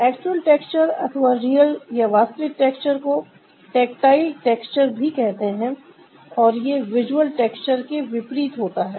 actual texture अथवा real या वास्तविक टेक्सचर को टेक्टाइल टेक्सचर भी कहते हैं और ये विजुअल टेक्सचर के विपरीत होता है